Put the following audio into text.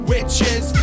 Witches